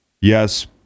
yes